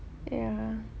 ya